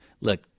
Look